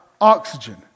oxygen